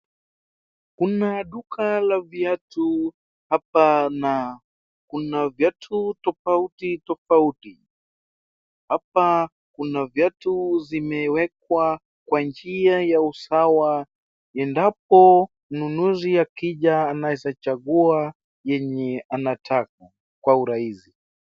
Kuna duka la viatu hapa na kuna viatu tofauti tofauti. Hapa kuna viatu zimewekwa kwa njia ya usawa endapo mnunuzi akija anaeza chagua yenye anataka kwa urahisi.